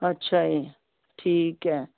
ਅੱਛਾ ਜੀ ਠੀਕ ਹੈ